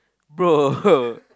bro